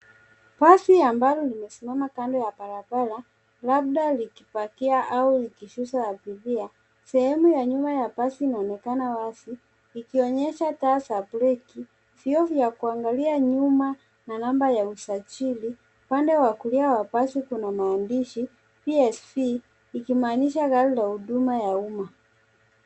Basi ambalo limesimama kando ya barabara labda likipakia au likishusha abiria. sehemu ya nyuma ya basi inaonekana wazi ikionyesha taa za breki, vioo vya kuangalia nyuma na namba ya usajili. Upande wa kulia wa basi kuna maandishi PSV ikimaanisha gari la huduma ya umma.